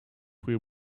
tree